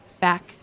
back